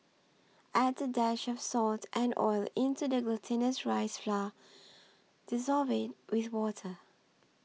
add a dash of salt and oil into the glutinous rice flour dissolve it with water